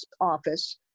Office